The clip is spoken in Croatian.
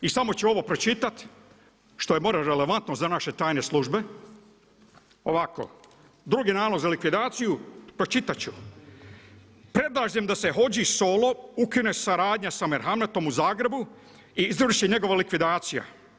I samo ću ovo pročitati što je … relevantno za naše tajne službe, ovako drugi nalog za likvidaciju pročitat ću: „Predlažem da se hodži Solo ukine saradnja sa merhametom u Zagrebu i izvrši njegova likvidacija“